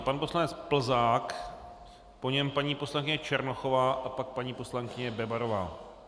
Pan poslanec Plzák, po něm paní poslankyně Černochová a pak paní poslankyně Bebarová.